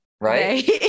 right